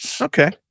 Okay